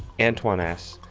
antoine asks,